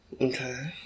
Okay